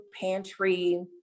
pantry